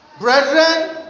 brethren